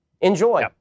Enjoy